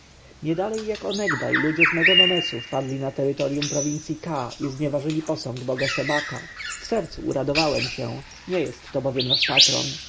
niedalej jak onegdaj ludzie z mego nomesu wpadli na terytorjum prowincji ka i znieważyli posąg boga sebaka w sercu uradowałem się nie jest to bowiem nasz